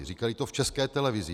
Říkali to v České televizi.